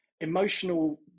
emotional